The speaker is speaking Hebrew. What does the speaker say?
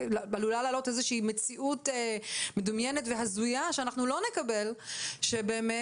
לעלות איזו שהיא מציאות מדומיינת והזויה שאנחנו לא נקבל שבאמת